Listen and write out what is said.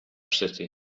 city